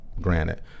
Granted